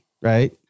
right